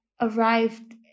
arrived